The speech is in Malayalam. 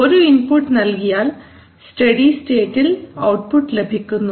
ഒരു ഇൻപുട്ട് നൽകിയാൽ സ്റ്റഡി സ്റ്റേറ്റിൽ ഔട്ട്പുട്ട് ലഭിക്കുന്നു